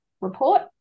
report